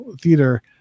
theater